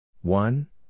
One